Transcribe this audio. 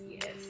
yes